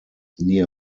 near